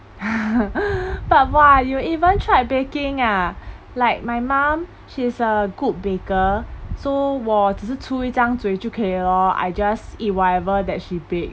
but !wah! you even tried baking ah like my mom she's a good baker so 我只是出一张嘴就可以了 lor I just eat whatever that she bake